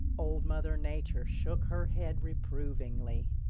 old mother nature shook her head reprovingly.